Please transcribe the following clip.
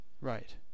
right